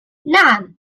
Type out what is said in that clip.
نعم